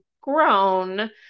grown